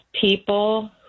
people